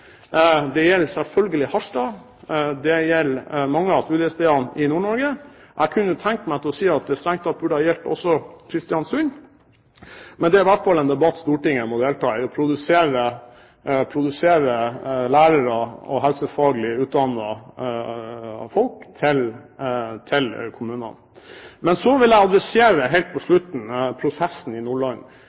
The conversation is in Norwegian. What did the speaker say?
Det gjelder selvfølgelig Harstad, det gjelder mange av studiestedene i Nord-Norge, og jeg kunne tenke meg å si at det strengt tatt også burde ha gjeldt Kristiansund. Men det er i hvert fall en debatt Stortinget må delta i, å produsere lærere og helsefaglig utdannede folk til kommunene. Så vil jeg helt til slutt adressere prosessen i Nordland.